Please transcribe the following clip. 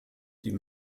die